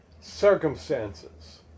circumstances